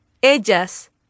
Ellas